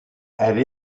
elles